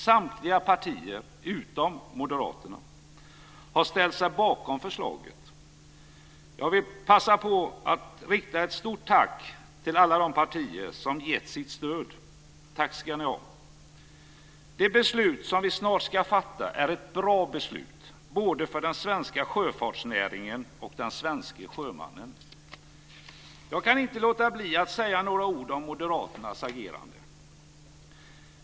Samtliga partier utom Moderaterna har ställt sig bakom förslaget. Jag vill passa på att rikta ett stort tack till alla de partier som gett sitt stöd. Tack ska ni ha! Det beslut som vi snart ska fatta är ett bra beslut både för den svenska sjöfartsnäringen och den svenske sjömannen. Jag kan inte låta bli att säga några ord om Moderaternas agerande.